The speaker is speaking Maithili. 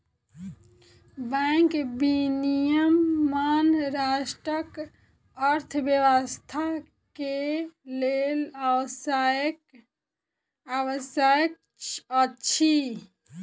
बैंक विनियमन राष्ट्रक अर्थव्यवस्था के लेल आवश्यक अछि